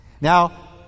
Now